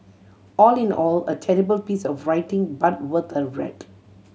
all in all a terrible piece of writing but worth a read